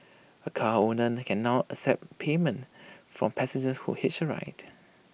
A car owner can now accept payment from passengers who hitch A ride